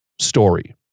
story